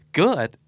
good